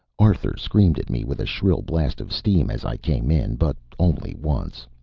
arthur screamed at me with a shrill blast of steam as i came in. but only once.